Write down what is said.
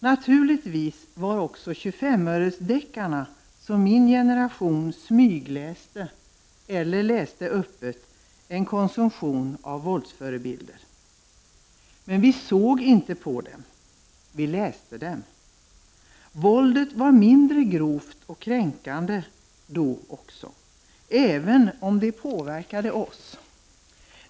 Naturligtvis var också 25-öresdeckarna, som min generation smygläste eller läste öppet, en konsumtion av våldsförebilder. Men vi såg inte på våldet, vi läste om det. Våldet var mindre grovt och kränkande då också, även om det påverkade oss.